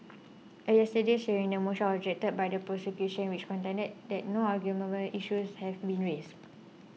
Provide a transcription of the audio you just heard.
at yesterday's hearing the motion was objected to by the prosecution which contended that no arguable issues have been raised